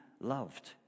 loved